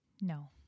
No